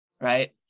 right